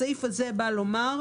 הסעיף הזה בא לומר,